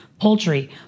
Poultry